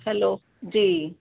hello जी